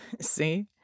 See